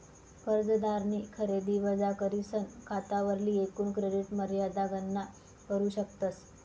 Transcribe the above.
कर्जदारनी खरेदी वजा करीसन खातावरली एकूण क्रेडिट मर्यादा गणना करू शकतस